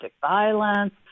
violence